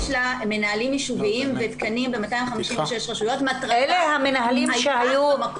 לה מנהלים ישוביים ותקנים ב-256 רשויות הייתה במקור